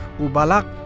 Ubalak